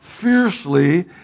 fiercely